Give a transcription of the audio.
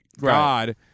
god